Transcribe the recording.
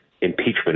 impeachment